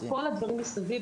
כל הדברים מסביב.